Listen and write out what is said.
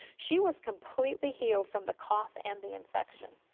she was completely healed from the cough and the infection.